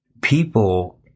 People